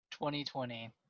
2020